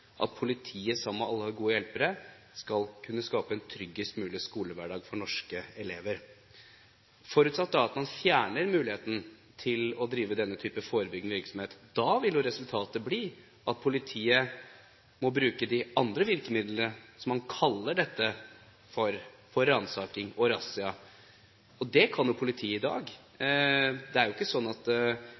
at politiet sammen med alle gode hjelpere skal kunne skape en tryggest mulig skolehverdag for norske elever. Hvis man fjerner muligheten til å drive denne typen forebyggende virksomhet, vil resultatet bli at politiet må bruke de andre virkemidlene som man har for dette, ransaking og razzia. Det kan politiet i dag. Det er ikke sånn at